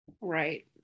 Right